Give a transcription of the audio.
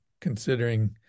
considering